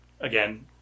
again